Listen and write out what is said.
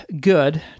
good